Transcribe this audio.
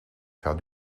faire